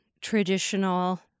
traditional